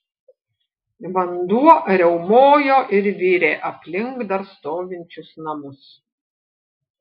vanduo riaumojo ir virė aplink dar stovinčius namus